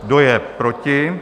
Kdo je proti?